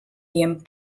wiem